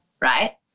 right